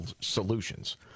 Solutions